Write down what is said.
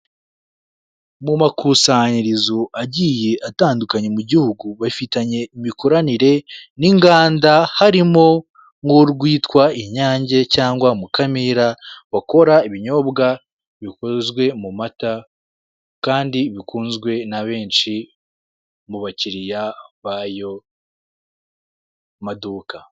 Mu makusanyirizo agiye atandukanye mu gihugu bafitanye imikoranire n'inganda harimo nk'urwita Inyange cyangwa Mukamira bakora ibinyobwa bikozwe mu mata kandi bikunzwe na benshi mu bakiriya bayo maduka.